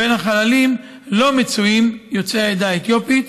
בין החללים אין יוצאי העדה האתיופית.